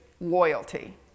loyalty